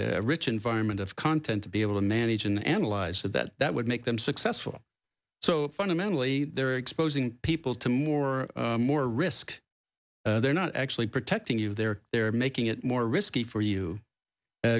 a rich environment of content to be able to manage an analyzer that that would make them successful so fundamentally they're exposing people to more more risk they're not actually protecting you they're they're making it more risky for you